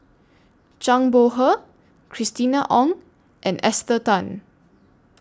Zhang Bohe Christina Ong and Esther Tan